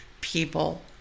people